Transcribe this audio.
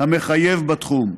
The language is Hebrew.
המחייב בתחום.